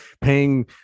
paying